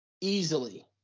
Easily